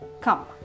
come